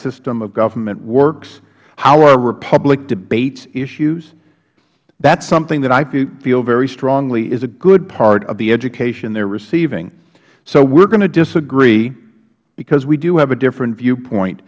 system of government works how our republic debates issues that is something that i feel very strongly is a good part of the education they are receiving so we are going to disagree because we do have a different viewpoint